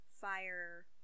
fire